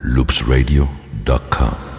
loopsradio.com